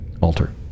Alter